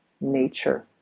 nature